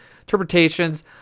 interpretations